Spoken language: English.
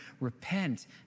Repent